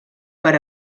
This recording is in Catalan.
per